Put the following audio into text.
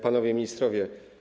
Panowie Ministrowie!